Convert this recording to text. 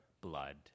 blood